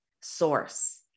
source